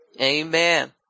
Amen